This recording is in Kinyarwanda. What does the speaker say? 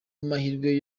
mahirwe